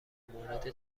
مورد